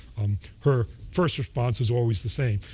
her first response is always the same.